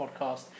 podcast